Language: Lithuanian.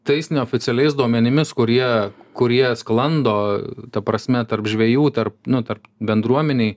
tais neoficialiais duomenimis kurie kurie sklando ta prasme tarp žvejų tarp nu tarp bendruomenėj